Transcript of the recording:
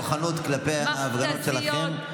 והלוואי שהייתה סלחנות כלפי ההפגנות שלכם כמו עכשיו.